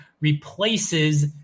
replaces